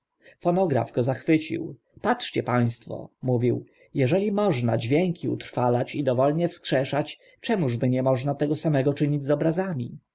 fonograf go zachwycił patrzcie państwo mówił eżeli można dźwięki utrwalać i dowolnie wskrzeszać czemuż by nie można tego samego czynić z obrazami